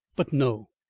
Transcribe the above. but no!